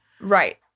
Right